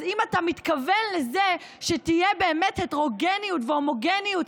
אז אם אתה מתכוון לזה שתהיה באמת הטרוגניות והומוגניות,